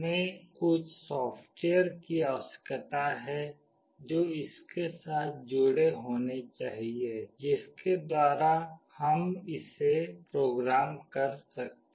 हमें कुछ सॉफ्टवेयर की आवश्यकता है जो इसके साथ जुड़े होने चाहिए जिसके द्वारा हम इसे प्रोग्राम कर सकते हैं